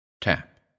tap